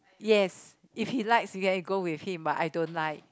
yes if he likes you can go with him but I don't like